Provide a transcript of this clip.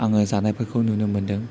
आङो जानायफोरखौ नुनो मोन्दों